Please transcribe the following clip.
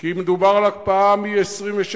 כי מדובר על הקפאה מ-26